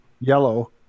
yellow